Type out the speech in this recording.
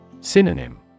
Synonym